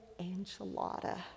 enchilada